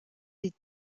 des